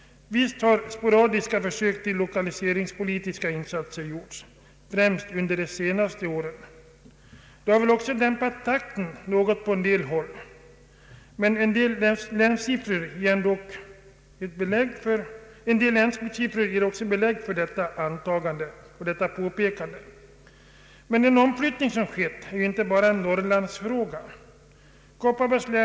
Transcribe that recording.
Visst har sporadiska försök till lokaliseringspolitiska insatser gjorts, främst under de senaste åren. Dessa har väl också något dämpat takten på en del håll; en del länssiffror ger ju belägg för detta antagande. Den omflyttning som skett är ju inte bara en Norrlandsfråga — Kopparbergs Ang.